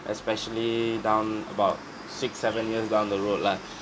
especially down about six seven years down the road lah